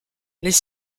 les